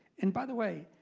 and by the way,